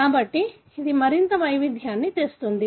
కాబట్టి ఇది మరింత వైవిధ్యాన్ని తెస్తుంది